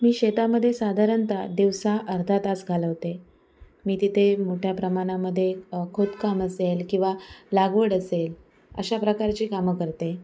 मी शेतामध्ये साधारणतः दिवसा अर्धा तास घालवते मी तिथे मोठ्या प्रमाणामध्ये खोदकाम असेल किंवा लागवड असेल अशा प्रकारची कामं करते